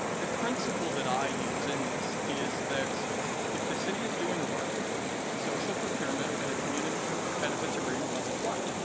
the principle that i use in this is that if the city is doing work social produc pro curement and a community benefits agreement must apply.